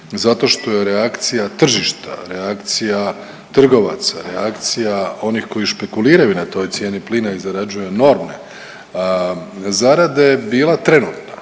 zato što je reakcija tržišta, reakcija trgovaca, reakcija onih koji špekuliraju na toj cijeni plina i zarađuju enormne zarade bila trenutna.